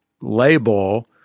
label